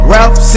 Ralph